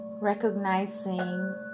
recognizing